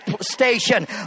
station